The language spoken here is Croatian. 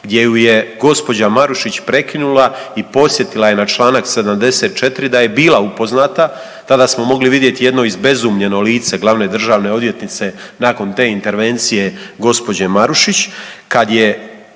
gdje ju je gospođa Marušić prekinula i podsjetila je na članak 74 da je bila upoznata. Tada smo mogli vidjeti jedno izbezumljeno lice Glavne državne odvjetnice nakon te intervencije gospođe Marušić kad je